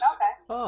Okay